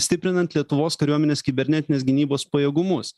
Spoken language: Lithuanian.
stiprinant lietuvos kariuomenės kibernetinės gynybos pajėgumus